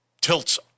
tilts